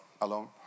alone